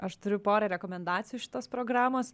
aš turiu porą rekomendacijų iš šitos programos